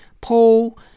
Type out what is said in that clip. Paul